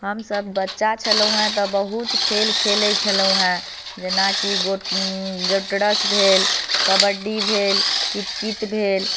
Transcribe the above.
हमसभ बच्चा छलहुँ हेँ तऽ बहुत खेल खेलाइत छलहुँ हैँ जेनाकि गोट गोटरस भेल कबड्डी भेल कितकित भेल